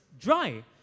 dry